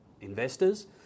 investors